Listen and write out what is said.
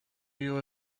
you